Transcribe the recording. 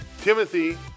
Timothy